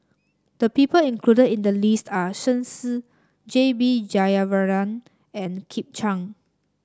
the people included in the list are Shen Xi J B Jeyaretnam and Kit Chan